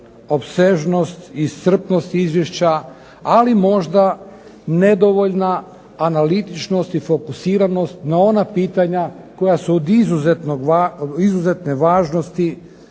Opsežnost i iscrpnost izvješća, ali možda nedovoljna analitičnost i fokusiranost na ona pitanja koja su od izuzetne važnosti